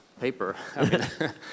paper